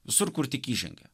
visur kur tik įžengia